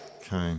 Okay